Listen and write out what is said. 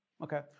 Okay